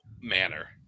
manner